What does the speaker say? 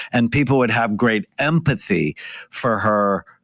and people would have great empathy for her,